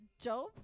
Job